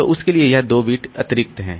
तो उसके लिए यह 2 बिट अतिरिक्त है